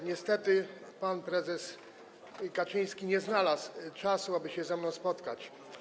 Niestety pan prezes Kaczyński nie znalazł czasu, aby się ze mną spotkać.